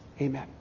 Amen